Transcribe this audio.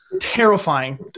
terrifying